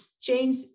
change